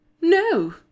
no